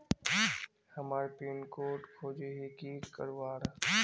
हमार pin code खोजोही की करवार?